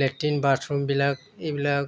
latrine বাথৰুমবিলাক এইবিলাক